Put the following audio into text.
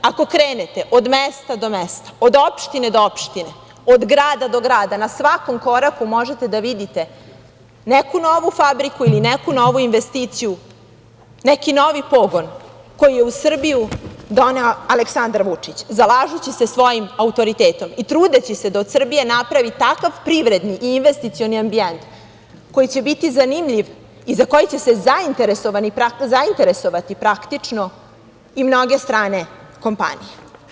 Ako krenete od mesta do mesta, od opštine do opštine, od grada do grada, na svakom koraku možete da vidite neku novu fabriku, ili neku novu investiciju, neki novi pogon koji je u Srbiju doneo Aleksandar Vučić, zalažući se svojim autoritetom i trudeći se da od Srbije napravi takav privredni i investicioni ambijent koji će biti zanimljiv i za koji će se zainteresovati praktično i mnoge strane kompanije.